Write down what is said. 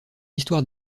histoire